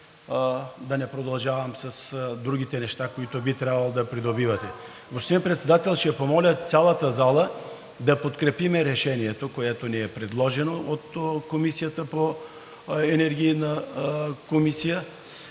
да не продължавам с другите неща, които би трябвало да придобивате. Господин Председател, ще помоля цялата зала да подкрепим Решението, което ни е предложено от Енергийната комисия.